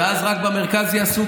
ואז רק במרכז יעשו,